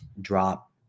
drop